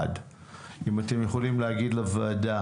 אם אתם יכולים להגיד לוועדה